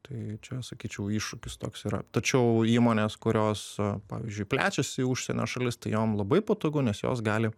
tai čia sakyčiau iššūkis toks yra tačiau įmonės kurios pavyzdžiui plečiasi į užsienio šalis tai jom labai patogu nes jos gali